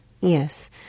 Yes